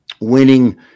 winning